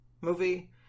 movie